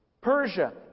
Persia